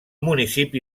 municipi